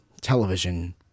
television